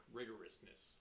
rigorousness